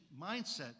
mindset